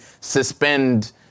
suspend